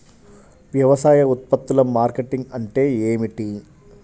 వ్యవసాయ ఉత్పత్తుల మార్కెటింగ్ అంటే ఏమిటి?